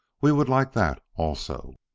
we would like that also.